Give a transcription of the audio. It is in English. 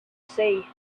see